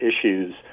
issues